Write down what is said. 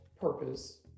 purpose